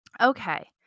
Okay